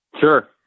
Sure